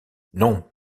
non